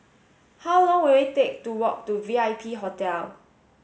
how long will it take to walk to V I P Hotel